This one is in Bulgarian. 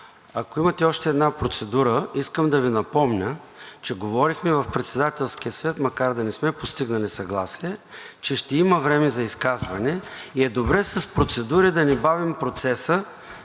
Ако имате още една процедура, искам да Ви напомня, че говорихме в Председателския съвет, макар да не сме постигнали съгласие, че ще има време за изказване, и е добре с процедури да не бавим процеса